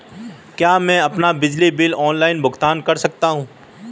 क्या मैं अपना बिजली बिल ऑनलाइन भुगतान कर सकता हूँ?